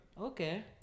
Okay